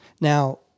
now